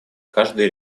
каждый